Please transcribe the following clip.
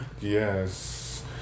yes